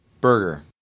Burger